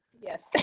Yes